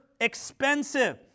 expensive